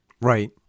Right